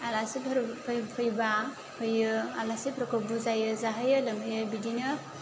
आलासिफोर फै फैबा फैयो आलासिफोरखौ बुजायो जाहोयो लोंहोयो बिदिनो